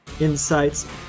insights